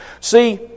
See